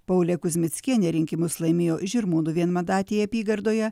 paulė kuzmickienė rinkimus laimėjo žirmūnų vienmandatėje apygardoje